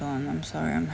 um I'm sorry I'm